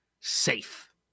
safe